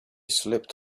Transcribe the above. slipped